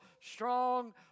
strong